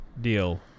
deal